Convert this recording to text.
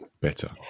better